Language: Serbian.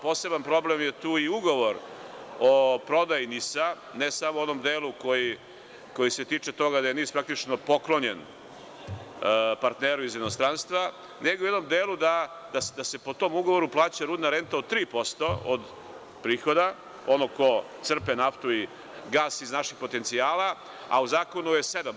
Poseban problem je tu i ugovor o prodaji NIS-a, ne samo u onom delu koji se tiče toga da je NIS praktično poklonjen partneru iz inostranstva, nego u onom delu da se po tom ugovoru plaća rudna renta od 3% od prihoda onog ko crpe naftu i gas iz naših potencijala, a u zakonu je 7%